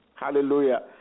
Hallelujah